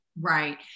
Right